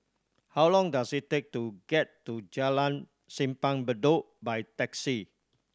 how long does it take to get to Jalan Simpang Bedok by taxi